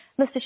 mr